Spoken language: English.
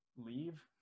leave